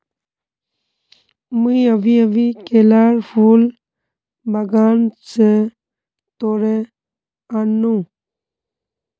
मुई अभी अभी केलार फूल बागान स तोड़े आन नु